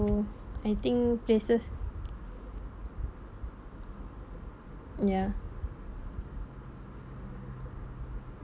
I think places ya